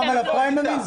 גם מתי היה לו פריימריז?